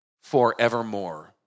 forevermore